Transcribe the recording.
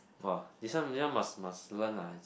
!wah! this one this one must must learn lah